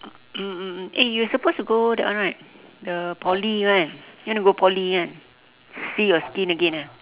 mm mm mm eh you are supposed to go that one right the poly kan you want to go poly kan see your skin again eh